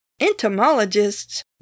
Entomologists